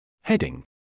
Heading